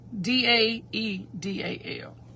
D-A-E-D-A-L